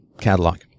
catalog